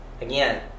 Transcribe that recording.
Again